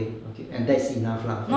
okay okay and that's enough lah